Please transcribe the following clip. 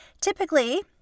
Typically